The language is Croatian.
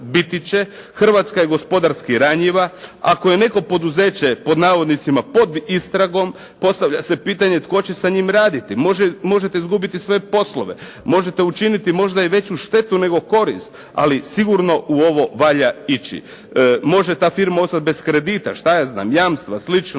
Hrvatska je gospodarski ranjiva, ako je neko poduzeće „pod istragom“ postavlja se pitanje tko će sa njim raditi, možete izgubiti sve poslove, možete učiniti veću štetu nego korist, ali sigurno u ovo valja ići. Može ta firma ostati bez kredita, jamstva i slično.